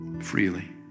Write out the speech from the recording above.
freely